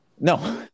No